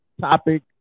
topic